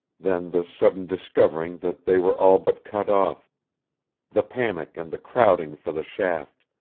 then the sudden discovering that they were all but cut off the panic and the crowding for the shaft,